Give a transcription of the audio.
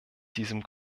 diesem